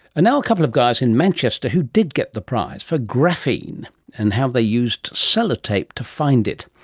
and now a couple of guys in manchester who did get the prize, for graphene and how they used sellotape to find it.